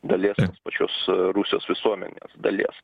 dalies tos pačios rusijos visuomenės dalies